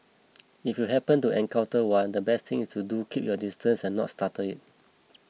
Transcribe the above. if you happen to encounter one the best thing to do is to keep your distance and not startle it